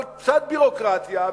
אבל קצת ביורוקרטיה,